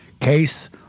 case